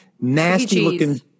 nasty-looking